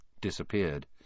disappeared